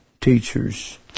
Teachers